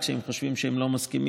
כשהם חושבים שהם לא מסכימים.